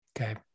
Okay